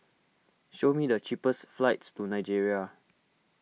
show me the cheapest flights to Nigeria